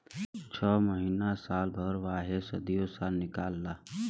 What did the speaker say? छ महीना साल भर वाहे सदीयो साल निकाल ला